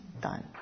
done